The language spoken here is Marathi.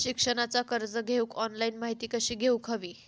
शिक्षणाचा कर्ज घेऊक ऑनलाइन माहिती कशी घेऊक हवी?